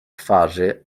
twarzy